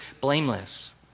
blameless